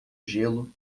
gelo